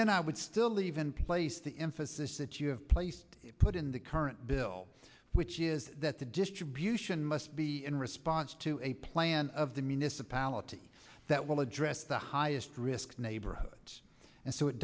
then i would still leave in place the emphasis that you have placed put in the current bill which is that the distribution must be in response to a plan of the municipality that will address the highest risk neighborhoods and so it